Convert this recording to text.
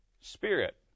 spirit